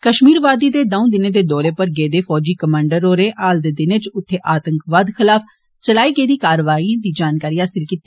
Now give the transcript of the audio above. कष्मीर वादी दे दऊं दिनें दे दौरे उप्पर गेदे फौजी कमांडर होरे हाल दे दिनें च उत्थें आतंकवाद खलाफ चलाई गेदी कारवाइएं दी जानकारी हासल कीती